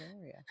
area